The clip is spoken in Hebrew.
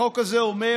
החוק הזה אומר